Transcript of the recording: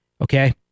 Okay